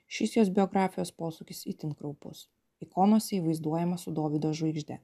šis jos biografijos posūkis itin kraupus ikonose ji vaizduojama su dovydo žvaigžde